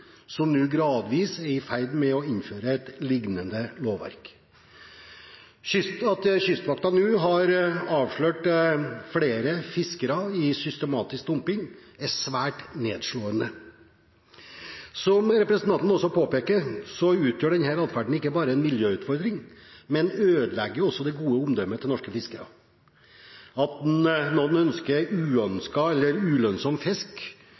som nå gradvis er i ferd med å innføre et lignende lovverk. At Kystvakten nå har avslørt flere fiskere i systematisk dumping, er svært nedslående. Som representanten også påpeker, utgjør denne atferden ikke bare en miljøutfordring, men ødelegger også det gode omdømmet til norske fiskere. At noen dumper uønsket eller ulønnsom fisk,